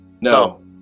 no